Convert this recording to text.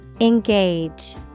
Engage